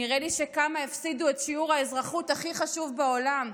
נראה לי שכמה הפסידו את שיעור האזרחות הכי חשוב בעולם,